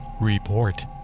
report